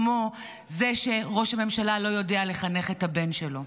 כמו זה שראש הממשלה לא יודע לחנך את הבן שלו.